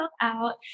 out